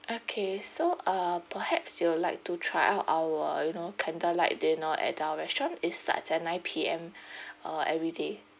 okay so uh perhaps you would like to try out our you know candlelight dinner at our restaurant it starts at nine P_M uh everyday